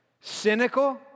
cynical